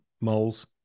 moles